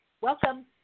Welcome